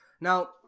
Now